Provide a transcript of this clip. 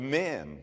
men